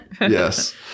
Yes